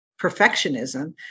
perfectionism